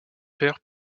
per